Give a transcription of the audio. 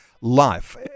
life